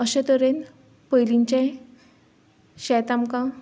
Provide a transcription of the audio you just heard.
अशे तरेन पयलींचें शेत आमकां